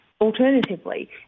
Alternatively